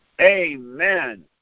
amen